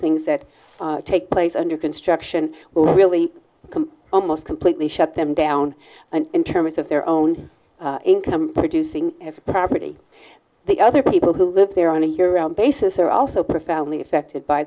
things that take place under construction really almost completely shut them down in terms of their own income producing property the other people who live there are only here on basis are also profoundly affected by